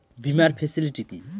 বীমার ফেসিলিটি কি?